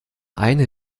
eine